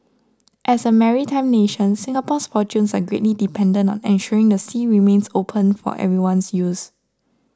as a maritime nation Singapore's fortunes are greatly dependent on ensuring the sea remains open for everyone's use